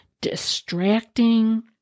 distracting